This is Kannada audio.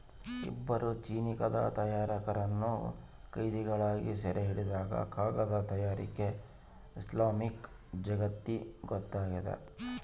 ಇಬ್ಬರು ಚೀನೀಕಾಗದ ತಯಾರಕರನ್ನು ಕೈದಿಗಳಾಗಿ ಸೆರೆಹಿಡಿದಾಗ ಕಾಗದ ತಯಾರಿಕೆ ಇಸ್ಲಾಮಿಕ್ ಜಗತ್ತಿಗೊತ್ತಾಗ್ಯದ